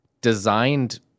designed